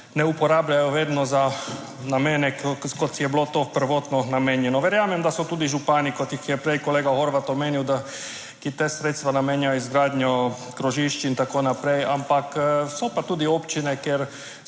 ne uporabljajo vedno za namene, kot je bilo to prvotno namenjeno. Verjamem, da so tudi župani, kot jih je prej kolega Horvat omenil, da ki ta sredstva namenjajo za izgradnjo krožišč in tako naprej, ampak so pa tudi občine, ker